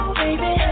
baby